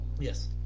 Yes